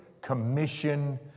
Commission